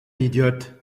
idiot